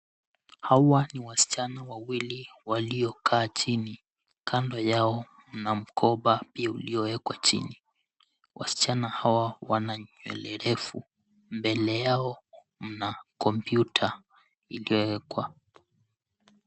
Hawa ni wasichana wawili waliokaa chini. Kando yao mna mkoba uliowekwa chini. Wasichana hawa wana nywele refu. Mbele yao mna kompyuta iliyowekwa.